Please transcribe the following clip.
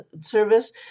service